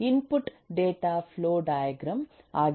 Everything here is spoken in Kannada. ಇನ್ಪುಟ್ ಡೇಟಾ ಫ್ಲೋ ಡೈಗ್ರಾಮ್ ಆಗಿತ್ತು